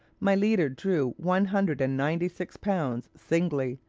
my leader drew one hundred and ninety-six pounds singly,